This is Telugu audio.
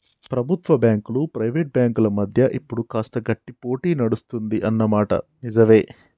ప్రభుత్వ బ్యాంకులు ప్రైవేట్ బ్యాంకుల మధ్య ఇప్పుడు కాస్త గట్టి పోటీ నడుస్తుంది అన్న మాట నిజవే